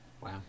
wow